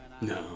No